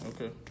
Okay